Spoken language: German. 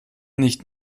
nicht